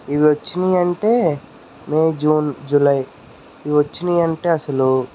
ఇవి వచ్చినయి అంటే మే జూన్ జూలై ఇవి వచ్చినయి అంటే అసలు